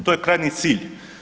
To je krajnji cilj.